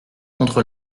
contre